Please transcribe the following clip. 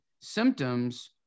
symptoms